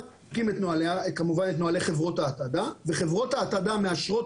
אנחנו בודקים את נוהלי חברות ההתעדה וחברות ההתעדה מאשרות